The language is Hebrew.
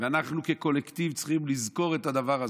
ואנחנו כקולקטיב צריכים לזכור את הדבר הזה.